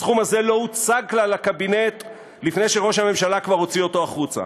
הסכום הזה לא הוצג כלל לקבינט לפני שראש הממשלה כבר הוציא אותו החוצה.